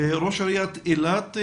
ראש עיריית אילת.